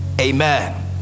Amen